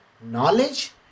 knowledge